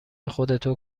خودتو